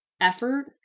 effort